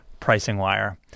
PricingWire